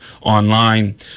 online